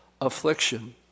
affliction